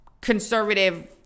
conservative